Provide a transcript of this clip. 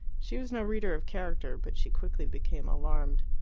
she was no reader of character, but she quickly became alarmed.